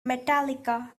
metallica